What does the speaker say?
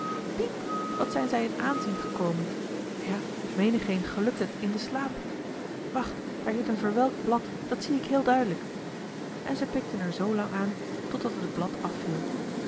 piep wat zijn zij in aanzien gekomen ja menigeen gelukt het in den slaap wacht daar zit een verwelkt blad dat zie ik heel duidelijk en zij pikten er zoo lang aan totdat het blad